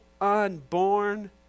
unborn